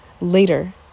later